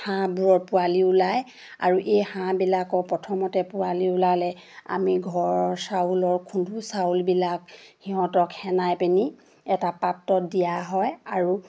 হাঁহবোৰৰ পোৱালি ওলায় আৰু এই হাঁহবিলাকৰ প্ৰথমতে পোৱালি ওলালে আমি ঘৰৰ চাউলৰ খুন্দো চাউলবিলাক সিহঁতক সেনাই পেনি এটা পাত্ৰত দিয়া হয় আৰু